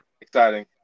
exciting